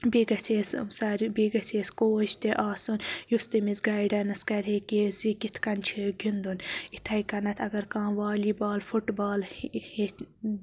بیٚیہِ گَژھِ ہیٚس سارِوٕے بیٚیہِ گَژھِ ہیٚس کوچ تہِ آسُن یُس تٔمِس گایڈنس کَرہے کہِ زِ کِتھٕ کٔنۍ چھُ گِنٛدُن یِتھے کیٚنیٚتھ اَگر کانٛہہ والی بال فُٹ بال